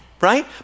right